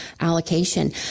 allocation